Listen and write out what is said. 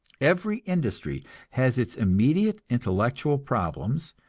every industry has its immediate intellectual problems,